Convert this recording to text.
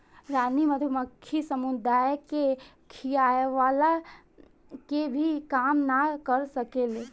रानी मधुमक्खी समुदाय के खियवला के भी काम ना कर सकेले